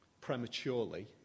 prematurely